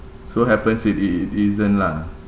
so happens it it it isn't lah